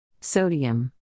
Sodium